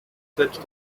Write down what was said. such